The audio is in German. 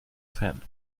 fan